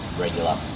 regular